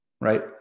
Right